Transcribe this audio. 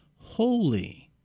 Holy